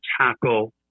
tackle